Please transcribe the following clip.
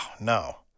no